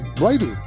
writing